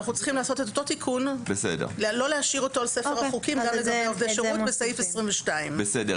נעשה אותו תיקון לא להשאיר אותו בספר החוקים - בסעיף 22. בסדר.